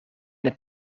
het